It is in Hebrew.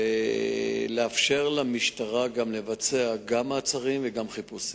ולאפשר למשטרה לבצע גם מעצרים וגם חיפושים.